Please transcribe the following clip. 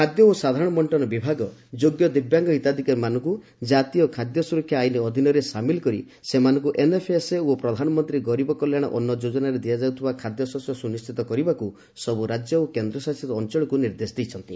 ଖାଦ୍ୟ ଓ ସାଧାରଣ ବଣ୍ଟନ ବିଭାଗ ଯୋଗ୍ୟ ଦିବ୍ୟାଙ୍ଗ ହିତାଧିକାରୀମାନଙ୍କୁ କାତୀୟ ଖାଦ୍ୟ ସୁରକ୍ଷା ଆଇନ ଅଧୀନରେ ସାମିଲ୍ କରି ସେମାନଙ୍କୁ ଏନ୍ଏଫ୍ଲଏସ୍ଏ ଓ ପ୍ରଧାନମନ୍ତ୍ରୀ ଗରିବ କଲ୍ୟାଣ ଅନ୍ନ ଯୋଜନାରେ ଦିଆଯାଉଥିବା ଖାଦ୍ୟଶସ୍ୟ ସ୍ରନିଣ୍ଟିତ କରିବାକୁ ସବୁ ରାଜ୍ୟ ଓ କେନ୍ଦ୍ରଶାସିତ ଅଞ୍ଚଳକୁ ନିର୍ଦ୍ଦେଶ ଦେଇଛନ୍ତି